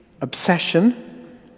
obsession